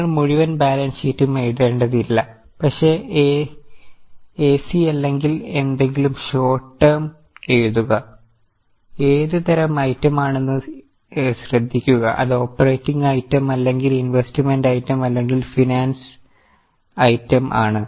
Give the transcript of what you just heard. നിങ്ങൾ മുഴുവൻ ബാലൻസ് ഷീറ്റും എഴുതേണ്ടതില്ല പക്ഷേ AC അല്ലെങ്കിൽ എന്തെങ്കിലും ഷോർട്ട് ട്ടേം എഴുതുക ഏത് തരം ഐറ്റം ആണെന്ന് ശ്രദ്ധിക്കുകഅത് ഓപ്പറേറ്റിങ് ഐറ്റം അല്ലെങ്കിൽ ഇൻവെസ്റ്റ്മെന്റ് ഐറ്റംഅല്ലെങ്കിൽ ഫിനാൻസ് ഐറ്റം ആണ്